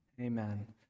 Amen